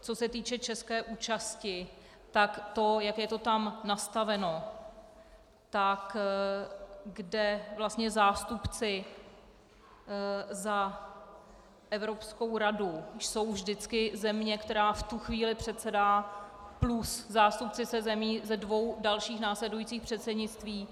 Co se týče české účasti, tak to, jak je to tam nastaveno kde vlastně zástupci za Evropskou radu jsou vždycky země, která v tu chvíli předsedá, plus zástupci ze zemí ze dvou dalších následujících předsednictví.